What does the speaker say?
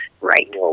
Right